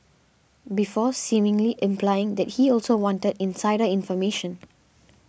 before seemingly implying that he also wanted insider information